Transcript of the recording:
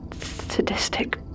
sadistic